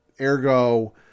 ergo